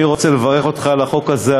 אני רוצה לברך אותך על החוק הזה,